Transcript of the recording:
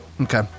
Okay